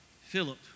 Philip